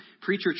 Preacher